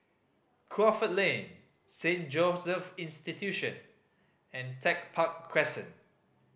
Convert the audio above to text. Crawford Lane Saint Joseph Institution and Tech Park Crescent